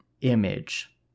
image